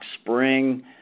Spring